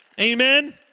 Amen